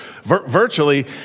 virtually